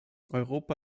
europa